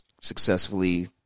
successfully